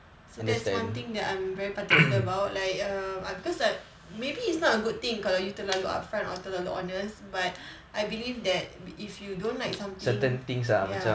so that's one thing that I'm very particular about like err because like maybe it's not a good thing kalau you terlalu upfront atau terlalu honest but I believe that if you don't like something ya